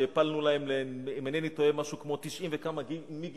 שהפלנו להם אם אינני טועים משהו כמו 90 וכמה "מיגים"